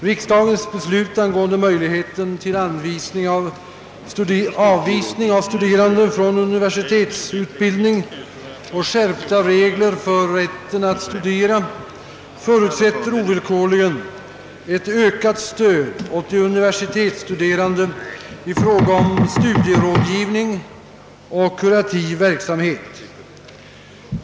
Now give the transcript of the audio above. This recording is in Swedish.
Riksdagens beslut angående möjligheten till avvisning av studerande från universitetsutbildning och skärpta regler för rätten att studera förutsätter ovillkorligen ett ökat stöd åt de universitetsstuderande i fråga om studierådgivning och kurativ verksamhet.